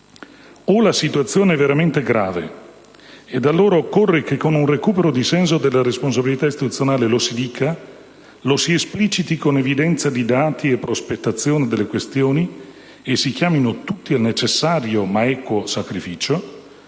o la situazione è veramente grave, ed allora occorre che, con un recupero di senso della responsabilità istituzionale lo si dica, lo si espliciti con evidenza di dati e prospettazione delle questioni e si chiamino tutti al necessario, ma equo, sacrificio;